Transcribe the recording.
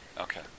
Okay